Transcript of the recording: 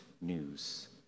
news